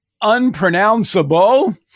unpronounceable